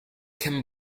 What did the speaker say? can